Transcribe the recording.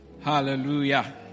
Hallelujah